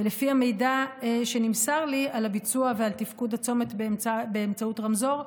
ולפי המידע שנמסר לי על הביצוע ועל תפקוד הצומת באמצעות רמזור,